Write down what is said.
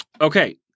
Okay